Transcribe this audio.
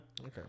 Okay